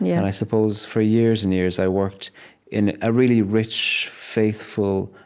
yeah and i suppose, for years and years, i worked in a really rich, faithful,